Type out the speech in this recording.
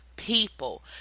people